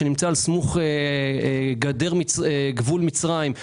שנמצא סמוך גדר בגבול מצרים,